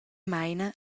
meina